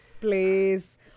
Please